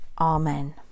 Amen